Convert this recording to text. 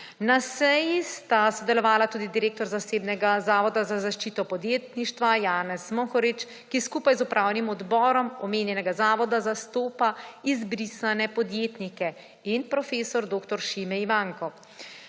Na seji sta sodelovala tudi direktor Zasebnega zavoda za zaščito podjetništva Janez Mohorič, ki skupaj z upravnim odborom omenjenega zavoda zastopa izbrisane podjetnike, in prof. dr. Šime Ivanjko.